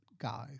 guys